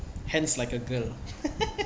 hands like a girl